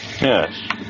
Yes